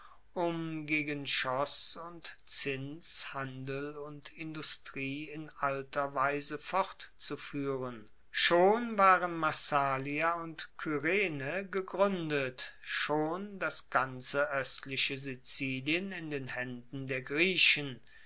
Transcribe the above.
um gegen schoss und zins handel und industrie in alter weise fortzufuehren schon waren massalia und kyrene gegruendet schon das ganze oestliche sizilien in den haenden der griechen